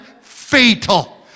fatal